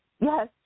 Yes